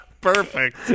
Perfect